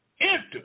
enter